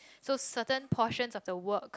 so certain portions of the work